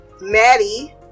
maddie